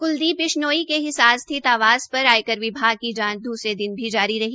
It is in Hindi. क्लदीप बिश्नोई के हिसार स्थित आवास पर आयकर विभाग की जांच दूसरे दिन भी जारी रही